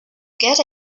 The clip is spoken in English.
get